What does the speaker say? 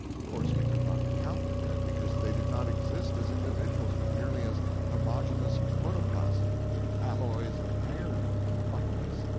of course, we could not count the dead, because they did not exist as individuals, but merely as homogeneous protoplasm, with alloys of iron and buttons.